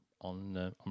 on